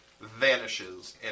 vanishes